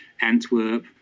Antwerp